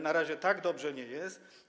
Na razie tak dobrze nie jest.